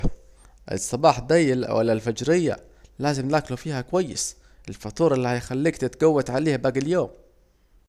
الصباح دي ولا الفجري لازم ناكلوا فيها كوبس، الفطور الي هيخليك تتجوت عليه باجي اليوم